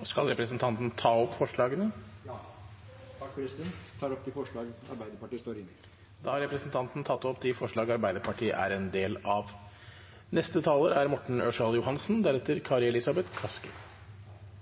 Jeg tar opp de forslagene som Arbeiderpartiet står inne i. Da har representanten Svein Roald Hansen tatt opp de forslagene han refererte til. Statens pensjonsfond utland har tjent Norge godt og verdien er